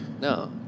No